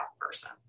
person